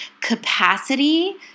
capacity